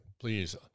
please